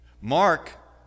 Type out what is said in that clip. Mark